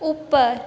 ऊपर